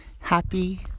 Happy